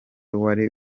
wari